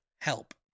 help